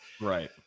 right